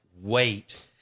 wait